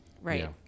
right